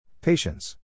Patience